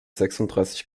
sechsunddreißig